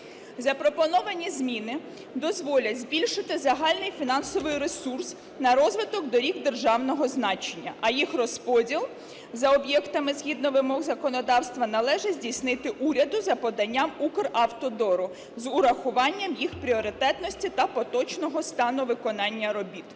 Запропоновані зміни дозволять збільшити загальний фінансовий ресурс на розвиток доріг державного значення, а їх розподіл за об'єктами згідно вимог законодавства належить здійснити уряду за поданням "Укравтодору" з урахуванням їх пріоритетності та поточного стану виконання робіт.